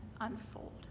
unfold